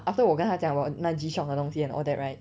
after 我跟他讲我那 G Shock 的东西 and all that right